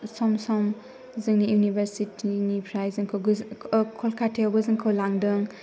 सम सम जोंनि इउनिभारचिटिनिफ्राय जोंखौ कलकाटायावबो जोंखौ लांदों